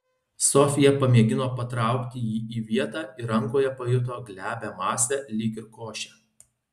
sofija pamėgino patraukti jį į vietą ir rankoje pajuto glebią masę lyg ir košę